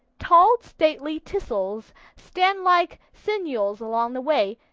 tall, stately teasels stand like sentinels along the way,